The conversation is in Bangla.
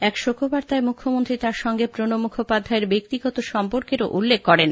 এক শোকবার্তায় মুখ্যমন্ত্রী তাঁর সঙ্গে প্রণব মুখোপাধ্যায়ের ব্যক্তিগত সম্পর্কেরও উল্লেখ করেন